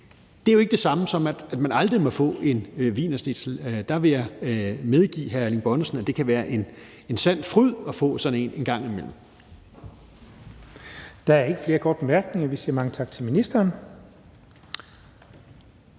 Det er jo ikke det samme, som at man aldrig må få en wienerschnitzel. Der vil jeg medgive hr. Erling Bonnesen, at det kan være en sand fryd at få sådan en en gang imellem. Kl. 12:36 Den fg. formand (Jens Henrik Thulesen